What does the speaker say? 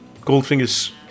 Goldfinger's